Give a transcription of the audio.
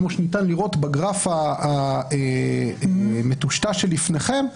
כמו שניתן לראות בגרף המטושטש שלפניכם,